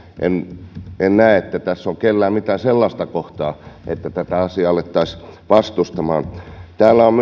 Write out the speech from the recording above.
en näe että tässä on kellään mitään sellaista kohtaa miksi tätä asiaa alettaisiin vastustamaan täällä on